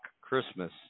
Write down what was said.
Christmas